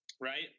right